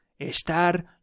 Estar